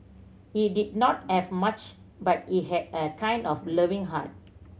he did not have much but he had a kind and loving heart